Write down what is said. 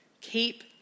Keep